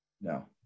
No